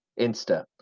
insta